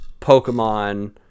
Pokemon